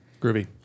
Groovy